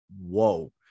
whoa